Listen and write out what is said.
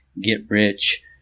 get-rich